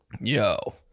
yo